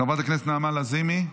חברת הכנסת נעמה לזימי,